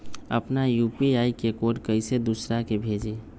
अपना यू.पी.आई के कोड कईसे दूसरा के भेजी?